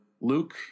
Luke